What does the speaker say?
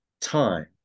time